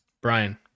Brian